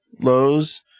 Lowe's